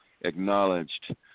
acknowledged